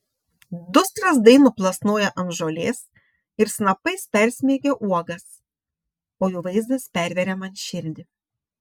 du strazdai nuplasnoja ant žolės ir snapais persmeigia uogas o jų vaizdas perveria man širdį